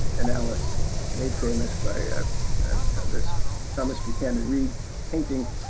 and alice made famous by ah this thomas buchanan reed painting,